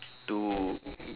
to